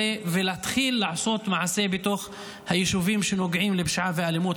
ולהתחיל לעשות מעשה בתוך היישובים הנגועים בפשיעה ואלימות.